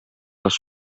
les